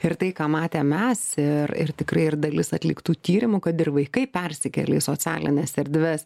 ir tai ką matėm mes ir ir tikrai ir dalis atliktų tyrimų kad ir vaikai persikėlė į socialines erdves